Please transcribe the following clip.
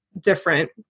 different